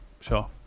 sure